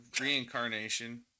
reincarnation